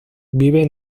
vive